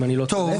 אם אני לא טועה.